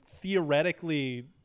theoretically